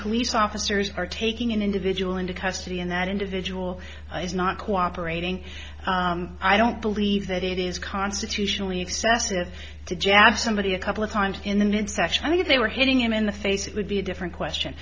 police officers are taking an individual into custody and that individual is not cooperating i don't believe that it is constitutionally excessive to jab somebody a couple of times in the midsection because they were hitting him in the face it would be a different question